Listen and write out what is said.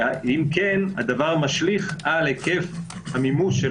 ואם כן הדבר משליך על היקף המימוש של